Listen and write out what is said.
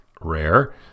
rare